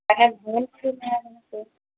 अच्छा घूम